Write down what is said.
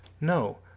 No